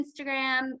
Instagram